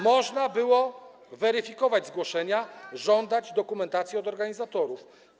Można było weryfikować zgłoszenia, żądać dokumentacji od organizatorów.